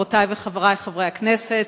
חברותי וחברי חברי הכנסת